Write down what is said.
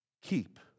keep